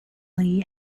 lee